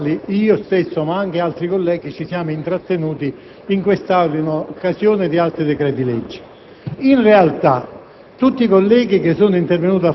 stabilendo alcune cose sulle quali io stesso, ma anche altri colleghi, ci siamo intrattenuti in quest'Aula in occasione di altri decreti‑legge.